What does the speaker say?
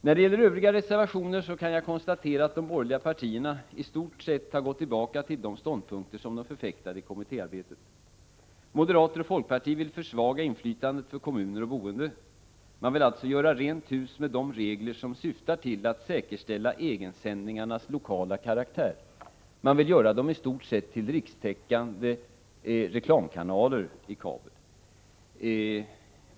När det gäller övriga reservationer kan jag konstatera att de borgerliga partierna i stort sett har gått tillbaka till de ståndpunkter som de förfäktade i kommittéarbetet. Moderaterna och folkpartiet vill försvaga inflytandet för kommuner och boende. Man vill alltså göra rent hus med de regler som syftar till att säkerställa egensändningarnas lokala karaktär. Man kan göra dem i stort sett till rikstäckande reklamkanaler i kabelnätet.